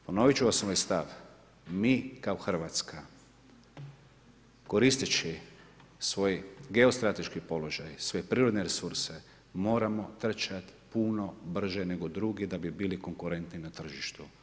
Ponovit ću svoj stav, mi kao Hrvatska koristeći svoj geostrateški položaj svoje prirodne resurse moramo trčat puno brže nego drugi da bi bili konkurentni na tržištu.